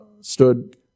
stood